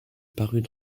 parut